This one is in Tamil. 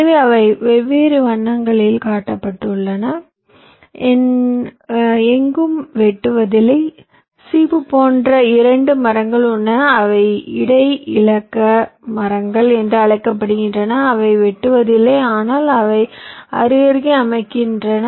எனவே அவை வெவ்வேறு வண்ணங்களில் காட்டப்பட்டாலும் எங்கும் வெட்டுவதில்லை சீப்பு போன்ற இரண்டு மரங்கள் உள்ளன அவை இடை இலக்க மரங்கள் என்று அழைக்கப்படுகின்றன அவை வெட்டுவதில்லை ஆனால் அவை அருகருகே அமைக்கின்றன